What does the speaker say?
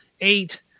eight